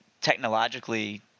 technologically